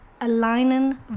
Aligning